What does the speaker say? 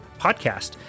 podcast